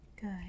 good